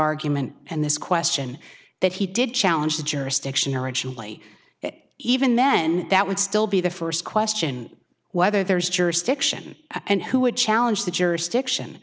argument and this question that he did challenge the jurisdiction originally it even then that would still be the first question whether there is jurisdiction and who would challenge the jurisdiction